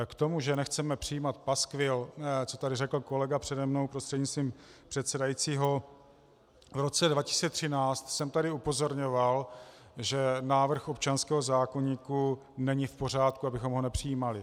K tomu, že nechceme přijímat paskvil, co tady řekl kolega přede mnou, prostřednictvím předsedajícího, v roce 2013 jsem tady upozorňoval, že návrh občanského zákoníku není v pořádku, abychom ho nepřijímali.